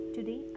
Today